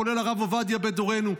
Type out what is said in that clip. כולל הרב עובדיה בדורנו,